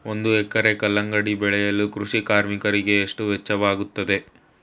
ಒಂದು ಎಕರೆ ಕಲ್ಲಂಗಡಿ ಬೆಳೆಯಲು ಕೃಷಿ ಕಾರ್ಮಿಕರಿಗೆ ಎಷ್ಟು ವೆಚ್ಚವಾಗುತ್ತದೆ?